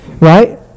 Right